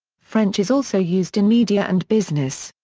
french is also used in media and business.